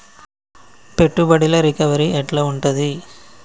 పెట్టుబడుల రికవరీ ఎట్ల ఉంటది?